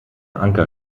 anker